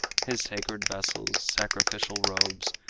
his sacred vessels, sacrificial robes,